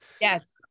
yes